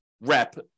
rep